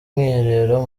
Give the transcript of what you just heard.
mwiherero